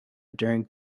during